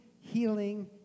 Healing